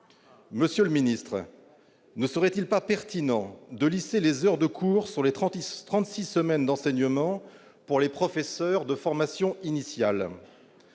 plus loin ? Ne serait-il pas pertinent de lisser les heures de cours sur les trente-six semaines d'enseignement pour les professeurs de formations initiales ?